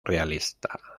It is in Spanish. realista